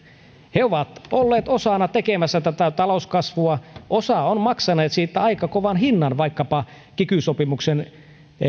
he ovat olleet osana tekemässä tätä talouskasvua osa on maksanut siitä aika kovan hinnan vaikkapa kiky sopimuksen